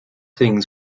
things